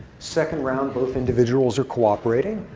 second round, both individuals are cooperating.